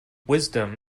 wisdom